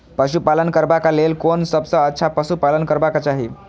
पशु पालन करबाक लेल कोन सबसँ अच्छा पशु पालन करबाक चाही?